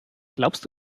glaubst